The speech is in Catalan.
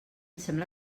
sembla